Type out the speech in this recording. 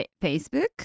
Facebook